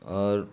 اور